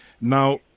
Now